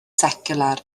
seciwlar